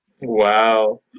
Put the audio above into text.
Wow